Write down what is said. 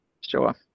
sure